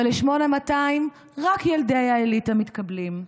אבל ל-8200 רק ילדי האליטה מתקבלים.